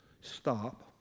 Stop